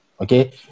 Okay